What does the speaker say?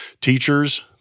Teachers